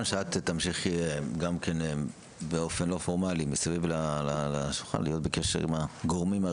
אנחנו פועלים בכמה זירות וחזיתות בשביל לוודא שלא נהיה בקריסה.